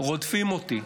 רודפים אותי.